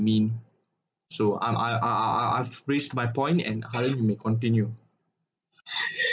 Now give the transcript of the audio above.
mean so I'm I I I I've raised my point and haren you may continue